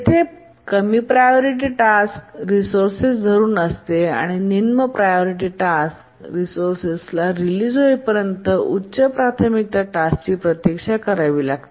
जेथे कमी priority task resources धरून असते आणि निम्न प्राथमिकता टास्क रिसोर्सेस स रिलीज होईपर्यंत उच्च प्राथमिकता टास्क प्रतीक्षा करावी लागते